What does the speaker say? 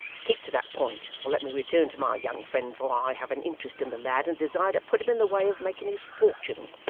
keep to that point, or let me return to my young friend, for i have an interest in the lad, and desire to put him in the way of making his fortune.